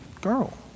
girl